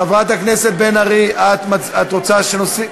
חברת הכנסת בן ארי, את רוצה שנוסיף,